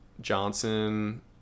Johnson